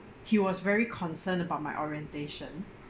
he was very concerned about my orientation